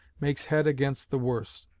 makes head against the worse.